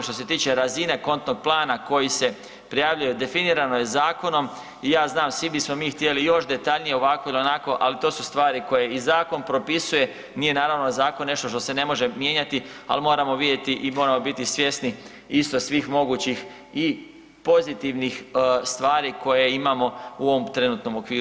Što se tiče razine kontnog plana koji se prijavljuje definirano je zakonom i ja znam svi bismo mi htjeli još detaljnije ovako il onako, ali to su stvari koje i zakon propisuje, nije naravno zakon nešto što se ne može mijenjati, ali moramo vidjeti i moramo biti svjesni isto svih mogućih i pozitivnih stvari koje imamo u ovom trenutnom okviru.